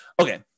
Okay